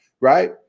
right